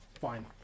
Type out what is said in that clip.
Fine